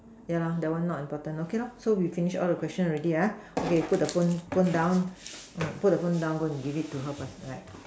ya lah the one not important okay lor so we finish all the question already ah okay put the phone down put the phone down and give it to her first right